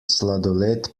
sladoled